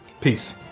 Peace